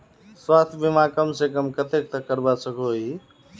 स्वास्थ्य बीमा कम से कम कतेक तक करवा सकोहो ही?